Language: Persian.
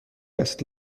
است